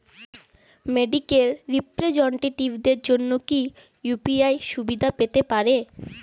Medical রিপ্রেজন্টেটিভদের জন্য কি ইউ.পি.আই সুবিধা পেতে পারে?